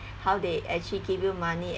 how they actually give you money